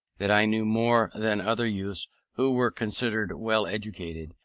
that i knew more than other youths who were considered well educated,